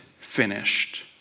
finished